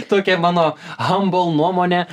tokia mano hambl nuomonė